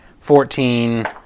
Fourteen